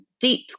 deep